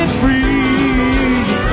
free